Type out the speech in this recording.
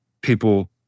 people